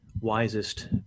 wisest